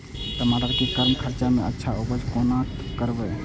टमाटर के कम खर्चा में अच्छा उपज कोना करबे?